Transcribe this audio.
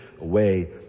away